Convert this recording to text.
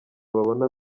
babona